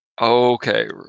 Okay